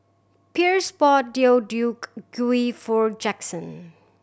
Pierce bought Deodeok Gui for Jackson